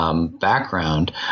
background